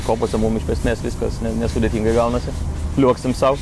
kopose mum iš esmės viskas nesudėtingai gaunasi liuoksim sau